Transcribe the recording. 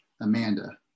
Amanda